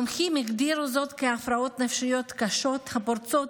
מומחים הגדירו זאת כהפרעות נפשיות קשות הפורצות